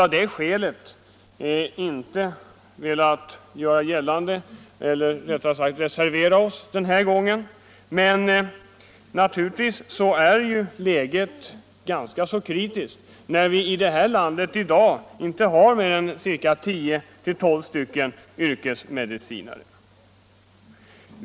Därför har vi inte reserverat oss denna gång. Men läget är ganska kritiskt, när vi här i landet i dag inte har mer än tio tolv specialistkompetenta yrkesmedicinare.